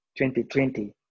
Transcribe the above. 2020